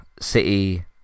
City